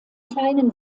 kleinen